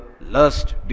lust